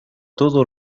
todo